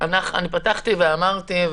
פתחתי ואמרתי,